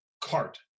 cart